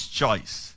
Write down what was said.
choice